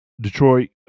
Detroit –